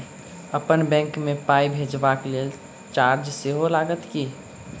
अप्पन बैंक मे पाई भेजबाक लेल चार्ज सेहो लागत की?